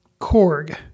Korg